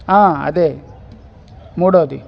అదే మూడోవది